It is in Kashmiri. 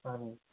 اَہَن حظ